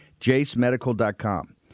JaceMedical.com